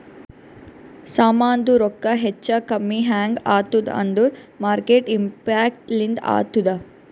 ಸಾಮಾಂದು ರೊಕ್ಕಾ ಹೆಚ್ಚಾ ಕಮ್ಮಿ ಹ್ಯಾಂಗ್ ಆತ್ತುದ್ ಅಂದೂರ್ ಮಾರ್ಕೆಟ್ ಇಂಪ್ಯಾಕ್ಟ್ ಲಿಂದೆ ಆತ್ತುದ